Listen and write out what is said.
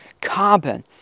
carbon